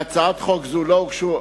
להצעת חוק זו לא הוגשו,